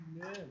Amen